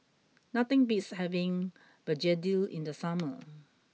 nothing beats having Begedil in the summer